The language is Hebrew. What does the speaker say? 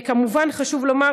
כמובן, חשוב לומר